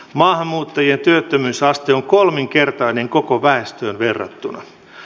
maahanmuuttajien työttömyysaste on kolminkertainen koko väestöön verrattuna